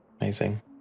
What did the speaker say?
amazing